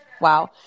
wow